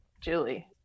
julie